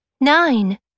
nine